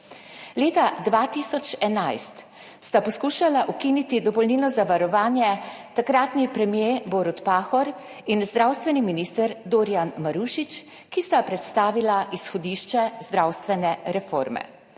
Leta 2011 sta poskušala ukiniti dopolnilno zavarovanje takratni premier Borut Pahor in zdravstveni minister Dorjan Marušič, ki sta predstavila izhodišče zdravstvene reforme.